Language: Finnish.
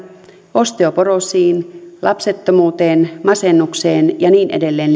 osteoporoosiin lapsettomuuteen masennukseen ja niin edelleen